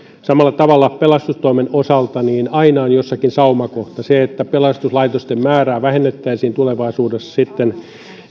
samalla tavalla on pelastustoimen osalta niin aina on jossakin saumakohta se että pelastuslaitosten määrää vähennettäisiin sitten